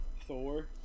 Thor